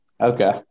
Okay